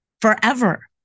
forever